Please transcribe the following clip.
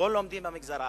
הכול לומדים במגזר הערבי.